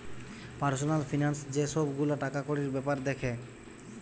personal finance যে সব গুলা টাকাকড়ির বেপার দ্যাখে